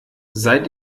seid